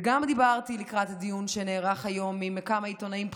וגם דיברתי לקראת דיון שנערך היום עם כמה עיתונאים בכירים,